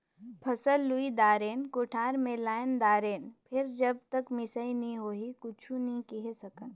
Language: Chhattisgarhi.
फसल लुई दारेन, कोठार मे लायन दारेन फेर जब तक मिसई नइ होही कुछु नइ केहे सकन